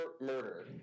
murder